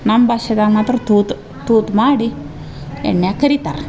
ನಮ್ಮ ಭಾಷೆದಾಂಗ ಮಾತ್ರ ತೂತು ತೂತು ಮಾಡಿ ಎಣ್ಣೆಯಾಗ ಕರಿತಾರೆ